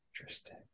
Interesting